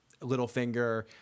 Littlefinger